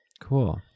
Cool